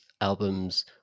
albums